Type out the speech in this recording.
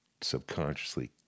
subconsciously